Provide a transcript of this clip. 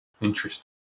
interesting